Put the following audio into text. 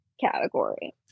category